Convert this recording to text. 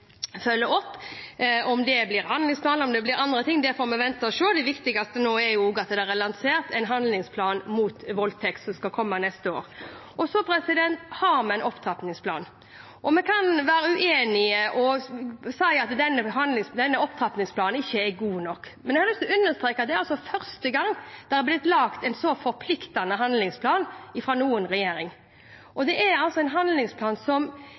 opp. Om det blir handlingsplan eller andre ting, får vi vente og se. Det viktigste nå er at det er lansert en handlingsplan mot voldtekt, som skal komme neste år. Vi har en opptrappingsplan. Vi kan være uenige og si at opptrappingsplanen ikke er god nok, men jeg har lyst til å understreke at det er første gang det er blitt laget en så forpliktende handlingsplan av noen regjering. Det er en handlingsplan som